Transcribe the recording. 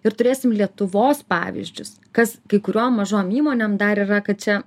ir turėsim lietuvos pavyzdžius kas kai kuriom mažom įmonėm dar yra kad čia